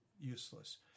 Useless